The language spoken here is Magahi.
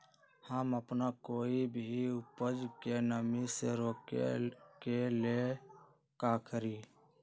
हम अपना कोई भी उपज के नमी से रोके के ले का करी?